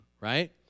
right